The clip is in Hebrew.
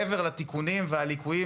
מעבר לתיקונים והליקויים